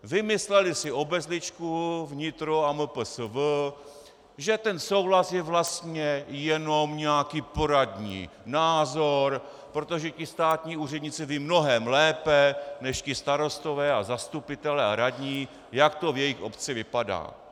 Vymysleli si obezličku, vnitro a MPSV, že ten souhlas je vlastně jenom nějaký poradní názor, protože státní úředníci vědí mnohem lépe než ti starostové a zastupitelé a radní, jak to v jejich obci vypadá.